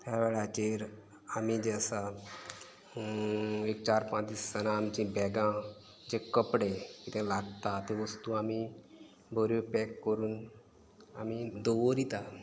त्या वेळाचेर आमी जे आसा एक चार पांच दीस आसतना आमची बॅगां जे कपडे ते लागता ते वस्तू आमी बऱ्यो पॅक करून आमी दवरतात